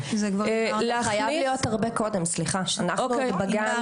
זה חייב להיות הרבה קודם, סליחה, בגן.